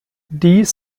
dies